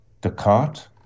Descartes